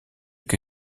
que